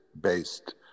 based